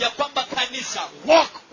walk